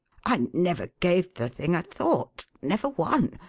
i never gave the thing a thought never one!